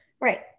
Right